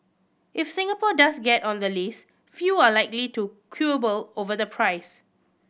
if Singapore does get on the list few are likely to quibble over the price